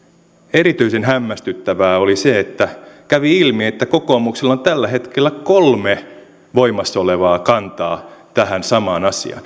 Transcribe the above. erityisen hämmästyttävää oli se että kävi ilmi että kokoomuksella on tällä hetkellä kolme voimassa olevaa kantaa tähän samaan